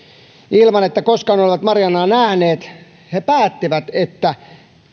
ilman että koskaan olivat mariannaa nähneet he päättivät että